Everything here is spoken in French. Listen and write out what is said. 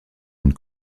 une